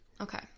Okay